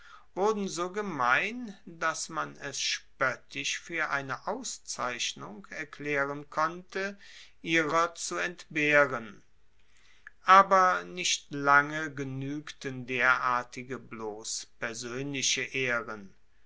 wurden so gemein dass man es spoettisch fuer eine auszeichnung erklaeren konnte ihrer zu entbehren aber nicht lange genuegten derartige bloss persoenliche ehren